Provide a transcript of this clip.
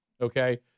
okay